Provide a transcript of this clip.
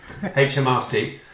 HMRC